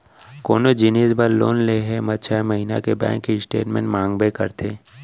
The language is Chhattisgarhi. कोनो जिनिस बर लोन लेहे म छै महिना के बेंक स्टेटमेंट मांगबे करथे